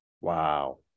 Wow